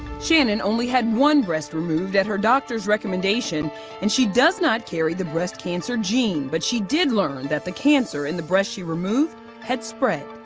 shannen only had one breast removed at her doctors recommendation and she does not carry the breast cancer gene. but she did learn that the cancer in the breast she removed had spread.